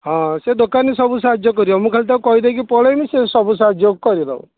ହଁ ସେ ଦୋକାନୀ ସବୁ ସାହାଯ୍ୟ କରିବ ମୁଁ ଖାଲି ତାକୁ କହିଦେଇକି ପଳାଇବି ସେ ସବୁ ସାହାଯ୍ୟ କରିଦେବ